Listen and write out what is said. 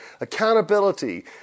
accountability